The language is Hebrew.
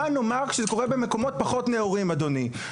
מה נאמר כשזה קורה במקומות פחות נאורים אדוני.